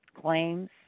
claims